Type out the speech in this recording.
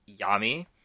Yami